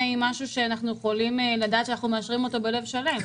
אחד עם משהו שאנחנו יכולים לדעת שאנו מאשרים אותו בלב שלם.